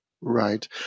Right